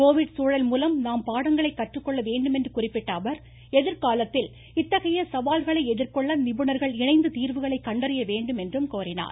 Covid சூழல் மூலம் நாம் பாடங்களை கற்றுக்கொள்ள வேண்டும் என்று குறிப்பிட்ட அவர் எதிர்காலத்தில் இத்தகைய சவால்களை எதிர்கொள்ள நிபுணர்கள் இணைந்து தீர்வுகளை கண்டறிய வேண்டும் என்றும் கோரினார்